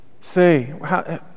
say